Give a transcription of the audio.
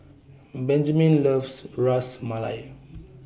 Benjamen loves Ras Malai